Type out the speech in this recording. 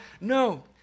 No